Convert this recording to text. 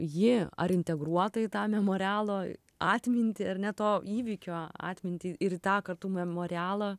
ji ar integruota į tą memorialo atmintį ar ne to įvykio atmintį ir į tą kartu memorialą